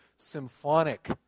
symphonic